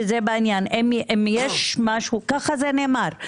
כך נאמר.